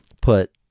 put